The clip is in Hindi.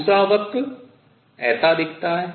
दूसरा वक्र ऐसा दिखता है